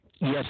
Yes